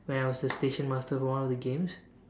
when I was the station master for one of the games